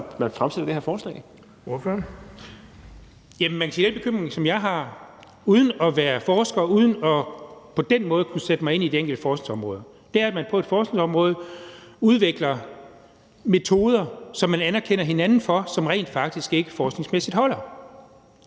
Dahl (DF): Den bekymring, som jeg har – uden at være forsker og uden på den måde at kunne sætte mig ind i det enkelte forskningsområdet – er, at man på et forskningsområde udvikler metoder, som man anerkender hinanden for, men som rent faktisk ikke forskningsmæssigt holder.